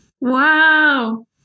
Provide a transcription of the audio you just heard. Wow